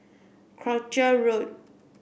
Croucher Road